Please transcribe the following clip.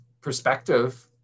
perspective